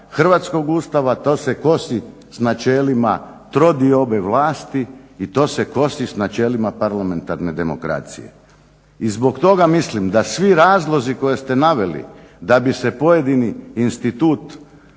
hrvatskog Ustava, to se kosi sa načelima trodiobe vlasti i to se kosi sa načelima parlamentarne demokracije. I zbog toga mislim da svi razlozi koje ste naveli da bi se pojedini institut